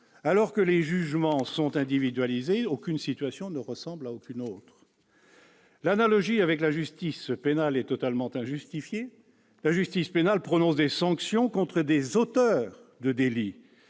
Or les jugements étant individualisés, aucune situation ne ressemble à une autre. L'analogie avec la justice pénale est totalement injustifiée. Celle-ci prononce des sanctions contre les auteurs de délits.